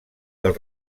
del